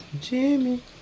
Jimmy